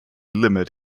limit